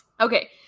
Okay